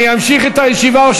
אני אמשיך את הישיבה.